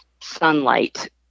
sunlight